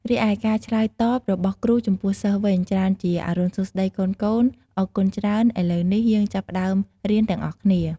រីឯការឆ្លើយតបរបស់គ្រូចំពោះសិស្សវិញ ច្រើនជា អរុណសួស្ដីកូនៗ អរគុណច្រើន ឥឡូវនេះ យើងចាប់ផ្ដើមរៀនទាំងអស់គ្នា។